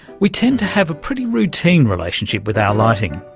we tend to have a pretty routine relationship with our lighting.